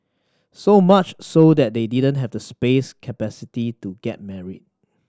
so much so that they didn't have the space capacity to get married